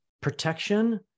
protection